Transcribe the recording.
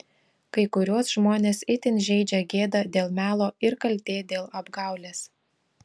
kai kuriuos žmones itin žeidžia gėda dėl melo ir kaltė dėl apgaulės